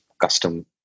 custom